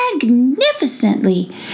Magnificently